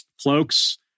cloaks